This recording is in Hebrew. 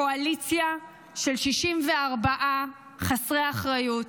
קואליציה של 64 חסרי אחריות,